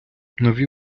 нові